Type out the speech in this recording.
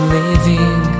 living